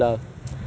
ah